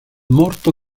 morto